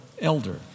elder